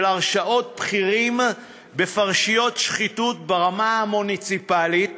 הרשעות בכירים בפרשיות שחיתות ברמה המוניציפלית